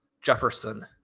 Jefferson